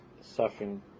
suffering